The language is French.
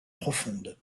profonde